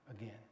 again